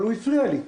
אבל הוא הפריע לי.